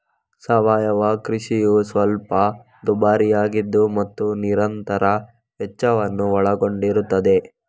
ಸಾವಯವ ಕೃಷಿಯು ಸ್ವಲ್ಪ ದುಬಾರಿಯಾಗಿದೆ ಮತ್ತು ನಿರಂತರ ವೆಚ್ಚವನ್ನು ಒಳಗೊಂಡಿರುತ್ತದೆ